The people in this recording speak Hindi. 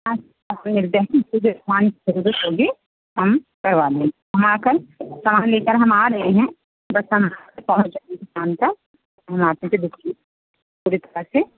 हम करवा देंगे हमारे कन सामान लेकर हम आरहे है बस हम पहुँच जाएगी शाम तक पैसे